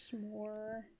more